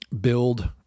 build –